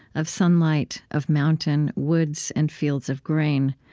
of sunlight, of mountain, woods, and fields of grain,